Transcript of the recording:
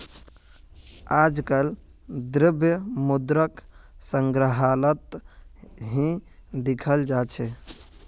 आजकल द्रव्य मुद्राक संग्रहालत ही दखाल जा छे